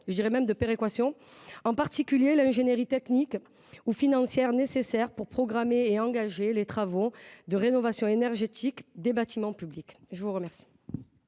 voire de péréquation, en particulier l’ingénierie technique ou financière nécessaire pour programmer et engager les travaux de rénovation énergétique des bâtiments publics. La parole